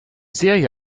serie